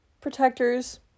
protectors